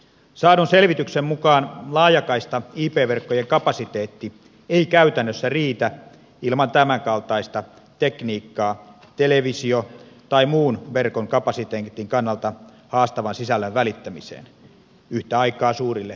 saadun selvityksen mukaan laajakaista ip verkkojen kapasiteetti ei käytännössä riitä ilman tämänkaltaista tekniikkaa televisio tai muun verkon kapasiteetin kannalta haastavan sisällön välittämiseen yhtä aikaa suurille käyttäjäryhmille